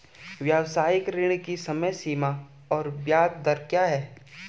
व्यावसायिक ऋण की समय सीमा और ब्याज दर क्या है?